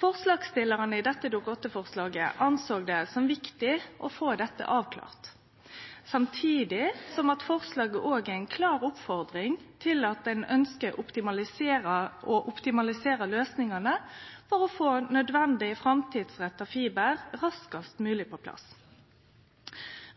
Forslagsstillarane i dette Dokument 8-forslaget meinte det var viktig å få dette avklara, samtidig som forslaget òg er ei klar oppfordring til og eit ønskje om å optimalisere løysingane for å få nødvendig, framtidsretta fiber raskast mogleg på plass.